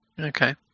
Okay